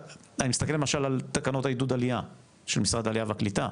אני מסתכל למשל על תקנות עידוד העלייה של משרד העלייה והקליטה,